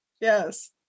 yes